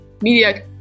media